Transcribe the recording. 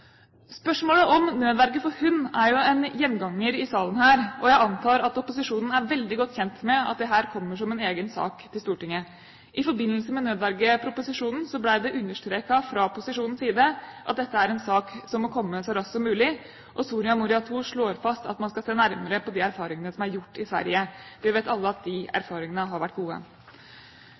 Spørsmålet om nødverge for hund er en gjenganger i denne salen, og jeg antar at opposisjonen er veldig godt kjent med at dette kommer som en egen sak til Stortinget. I forbindelse med proposisjonen om nødverge ble det understreket fra opposisjonens side at dette er en sak som må komme så raskt som mulig. Soria Moria II slår fast at man skal se nærmere på de erfaringene som er gjort i Sverige. Vi vet alle at de erfaringene har vært gode.